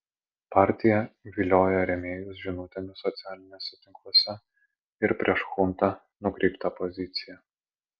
partija vilioja rėmėjus žinutėmis socialiniuose tinkluose ir prieš chuntą nukreipta pozicija